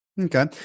Okay